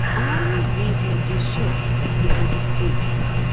are you reasonably sure that it is a good book?